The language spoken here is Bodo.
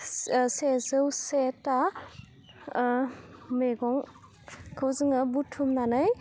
से सेजौसेथा मेगंखौ जोङो बुथुमनानै